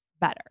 better